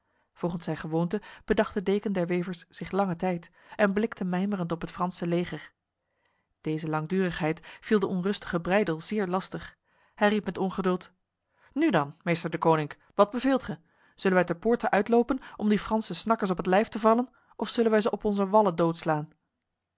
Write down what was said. volgens zijn gewoonte bedacht de deken der wevers zich lange tijd en blikte mijmerend op het franse leger deze langdurigheid viel de onrustige breydel zeer lastig hij riep met ongeduld nu dan meester deconinck wat beveelt gij zullen wij ter poorte uitlopen om die franse snakkers op het lijf te vallen of zullen wij ze op onze wallen doodslaan